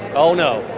oh no,